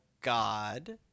God